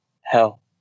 hell